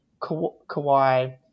Kawhi